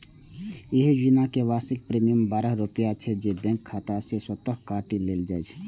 एहि योजनाक वार्षिक प्रीमियम बारह रुपैया छै, जे बैंक खाता सं स्वतः काटि लेल जाइ छै